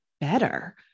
better